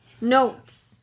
notes